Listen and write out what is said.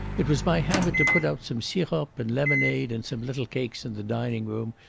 it was my habit to put out some sirop and lemonade and some little cakes in the dining-room,